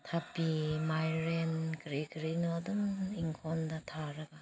ꯊꯕꯤ ꯃꯥꯏꯔꯦꯟ ꯀꯔꯤ ꯀꯔꯤꯅꯣ ꯑꯗꯨꯝ ꯏꯪꯈꯣꯜꯗ ꯊꯥꯔꯒ